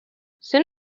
soon